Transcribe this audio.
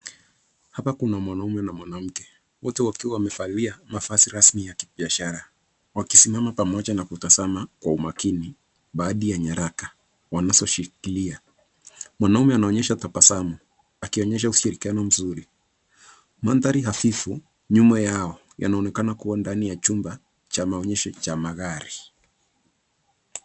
Hapa kuna mwanamme na mwanamke, wote wakiwa wamevalia mavasi rasmi ya kibiashara, wakisimama pamoja na kutazama kwa umakini ,baadhi ya nyaraka wanazoshikilia. Mwanaume anaonyesha tabasamu, akionyesha ushirikiano mzuri. Maadhari hafifu nyuma yao, yanaonekana kuwa ndani ya chumba cha maonyesho cha magari.